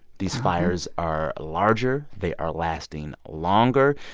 these fires are larger. they are lasting longer.